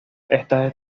estas